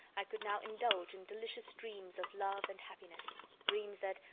i could now indulge in delicious dreams of love and happiness dreams that,